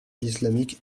islamique